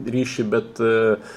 ryšį bet